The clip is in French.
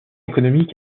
économique